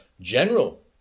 general